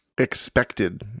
expected